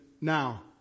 now